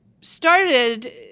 started